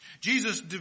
Jesus